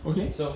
okay